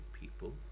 people